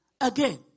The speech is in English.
again